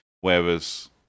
Whereas